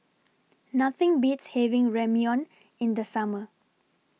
Nothing Beats having Ramyeon in The Summer